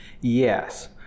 Yes